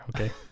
okay